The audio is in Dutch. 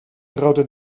rode